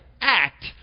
act